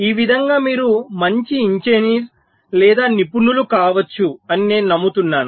ఈ విధంగా మీరు మంచి ఇంజనీర్ లేదా నిపుణులు కావచ్చు అని నేను నమ్ముతున్నాను